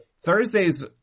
Thursdays